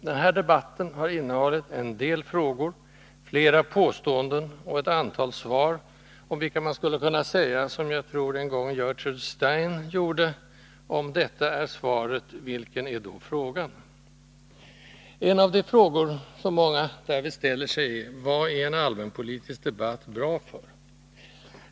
Den här debatten har innehållit en del frågor, flera påståenden och ett antal svar, om vilka man skulle kunna säga, som jag tror en gång Gertrude Stein gjorde: ”Om detta är svaret, vilken är då frågan?” En av de frågor som många därvid ställer sig är: Vad är en allmänpolitisk debatt bra för?